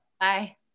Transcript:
Bye